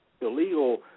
illegal